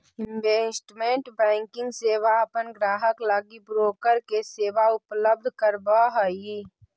investment banking सेवा अपन ग्राहक लगी ब्रोकर के सेवा उपलब्ध करावऽ हइ